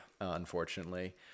unfortunately